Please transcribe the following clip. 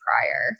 prior